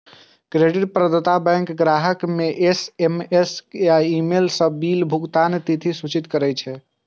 credit प्रदाता bank ग्राहक कें एस.एम.एस या ईमेल सं बिल भुगतानक तिथि सूचित करै छै